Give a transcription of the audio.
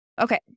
Okay